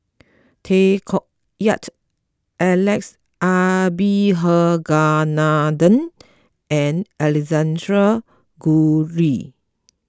Tay Koh Yat Alex Abisheganaden and Alexander Guthrie